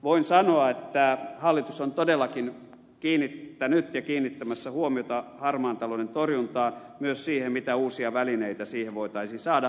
voin sanoa että hallitus on todellakin kiinnittänyt ja kiinnittämässä huomiota harmaan talouden torjuntaan myös siihen mitä uusia välineitä siihen voitaisiin saada